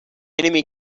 enemy